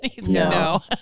No